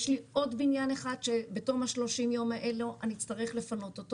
יש לי עוד בניין אחד שבתום ה-30 יום האלה אני אצטרך לפנות.